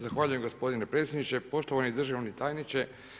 Zahvaljujem gospodine predsjedniče, poštovani državni tajniče.